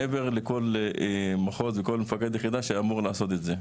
מעבר לכל מחוז וכל מפקד יחידה שאמור לעשות את זה.